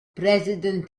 president